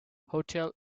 hotels